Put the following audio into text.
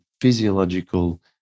physiological